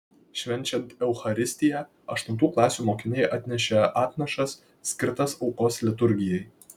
švenčiant eucharistiją aštuntų klasių mokiniai atnešė atnašas skirtas aukos liturgijai